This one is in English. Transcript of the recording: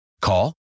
Call